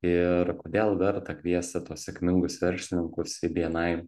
ir kodėl verta kviesti tuos sėkmingus verslininkus į bni